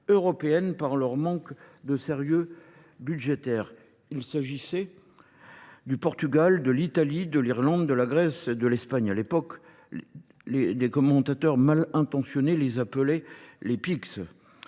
par leur manque de sérieux budgétaire. Il s'agissait du Portugal, de l'Italie, de l'Irlande, de la Grèce et de l'Espagne à l'époque. Les commentateurs mal intentionnés les appelaient les PICS.